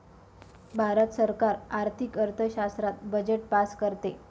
भारत सरकार आर्थिक अर्थशास्त्रात बजेट पास करते